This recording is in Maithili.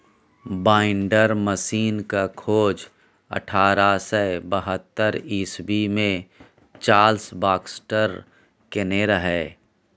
बांइडर मशीनक खोज अठारह सय बहत्तर इस्बी मे चार्ल्स बाक्सटर केने रहय